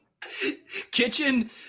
Kitchen